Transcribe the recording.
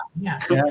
yes